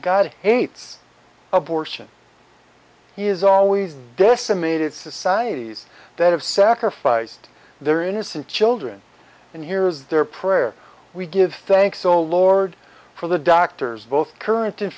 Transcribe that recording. god hates abortion he is always decimated societies that have sacrificed their innocent children and here is their prayer we give thanks oh lord for the doctors both current